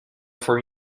for